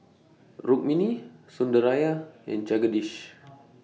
Rukmini Sundaraiah and Jagadish